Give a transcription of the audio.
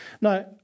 Now